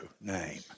name